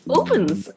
opens